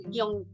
yung